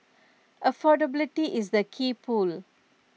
affordability is the key pull